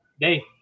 day